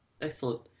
Excellent